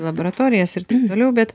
laboratorijas ir taip toliau bet